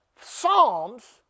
Psalms